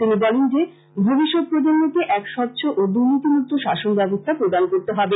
তিনি বলেন যে ভবিষ্যত প্রজন্মকে এক স্বচ্ছ ও দূর্নীতিমুক্ত শাসন ব্যবস্থা প্রদান করতে হবে